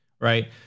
right